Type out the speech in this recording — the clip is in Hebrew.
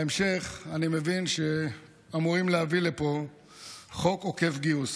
בהמשך אני מבין שאמורים להביא לפה חוק עוקף גיוס.